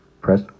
Press